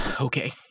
Okay